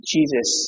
Jesus